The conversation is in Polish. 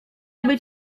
aby